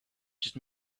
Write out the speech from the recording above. just